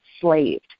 slaved